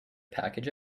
package